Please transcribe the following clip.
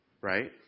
right